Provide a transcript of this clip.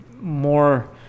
more